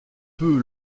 peu